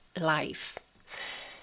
life